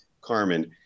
Carmen